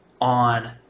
on